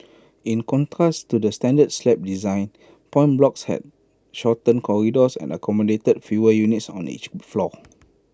in contrast to the standard slab design point blocks had shorter corridors and accommodated fewer units on each floor